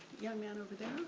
young man over